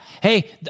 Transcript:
Hey